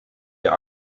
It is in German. der